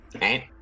right